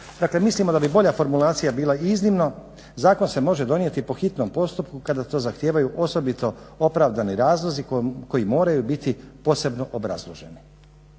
mislimo da bi bolja formulacija bila zakon se može donijeti po hitnom postupku kada to zahtijevaju osobito opravdani razlozi koji moraju biti posebno obrazloženi.